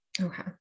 Okay